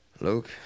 Luke